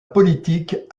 politique